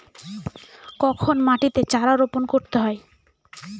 কখন মাটিতে চারা রোপণ করতে হয়?